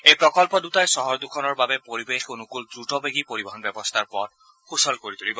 এই প্ৰকল্প দুটাই চহৰদুখনৰ বাবে পৰিৱেশ অনুকুল দ্ৰতবেগী পৰিবহন ব্যৱস্থাৰ পথ সুচল কৰি তুলিব